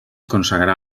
consagrà